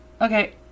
Okay